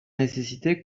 nécessité